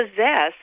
possess